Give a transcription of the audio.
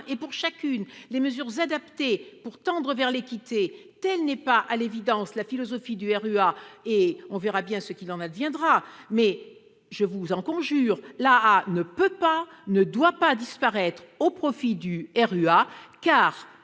et pour chacun les mesures adaptées pour tendre vers l'équité. Telle n'est pas, à l'évidence, la philosophie du RUA. On verra d'ailleurs bien ce qu'il en adviendra. Quoi qu'il en soit, je vous en conjure : l'AAH ne peut pas et ne doit pas disparaître au profit du RUA, car-